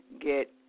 Get